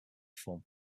formed